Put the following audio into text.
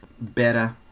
better